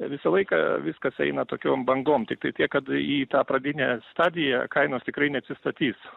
visą laiką viskas eina tokiom bangom tiktai tiek kad į tą pradinę stadiją kainos tikrai neatsistatys